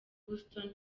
houston